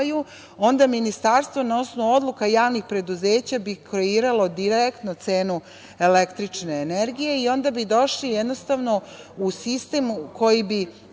Onda ministarstvo na osnovu odluka javnih preduzeća bi kreiralo direktno cenu električne energije. Onda bi došli jednostavno u sistem u koji bi